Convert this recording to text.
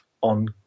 on